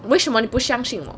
为什么你不相信我